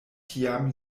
tiam